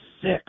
six